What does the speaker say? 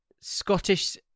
Scottish